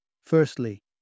Firstly